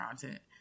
content